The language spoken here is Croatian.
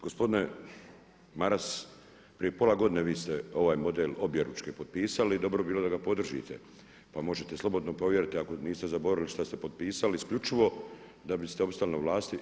Gospodine Maras prije pola godine vi ste ovaj model objeručke potpisali, dobro bi bilo da ga podržite, pa možete slobodno provjeriti ako niste zaboravili što ste potpisali, isključivo da biste opstali na vlasti.